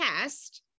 test